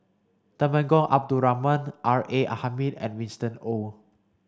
Temenggong Abdul Rahman R A Hamid and Winston Oh